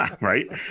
Right